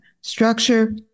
structure